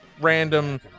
random